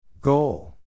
Goal